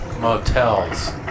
motels